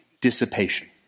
dissipation